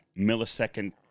millisecond